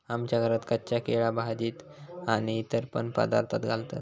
आमच्या घरात कच्चा केळा भाजीत आणि इतर पण पदार्थांत घालतत